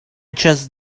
just